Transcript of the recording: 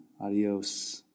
Adios